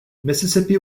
mississippi